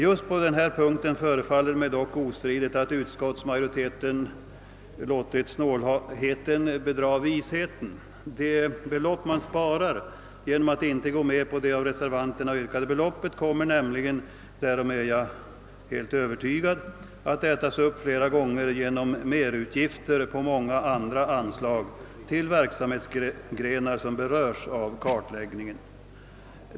Just på denna punkt förefaller det mig dock ostridigt att utskottsmajoriteten låtit snålheten bedra visheten. Den summa man spar genom att inte gå med på det av reservanterna yrkade beloppet kommer nämligen, därom är jag helt övertygad, att ätas upp flera gånger om till följd av merutgifter i fråga om många andra anslag till verksamhetsgrenar som berörs av kartläggningen.